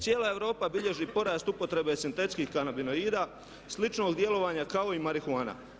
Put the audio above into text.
Cijela Europa bilježi porast upotrebe sintetskih kanabinoida sličnog djelovanja kao i marihuana.